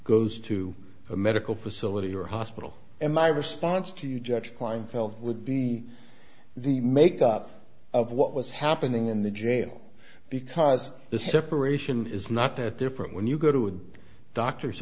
goes to a medical facility or hospital and my response to judge kleinfeld would be the make up of what was happening in the jail because the separation is not that different when you go to a doctor's